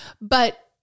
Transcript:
But-